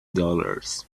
dollars